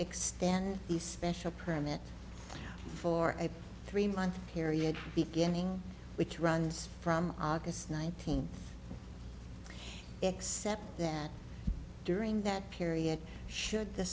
extend these special permit for a three month period beginning which runs from august nineteenth except that during that period should the